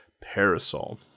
parasol